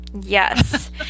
Yes